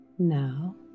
Now